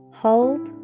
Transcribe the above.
hold